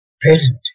present